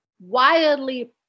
wildly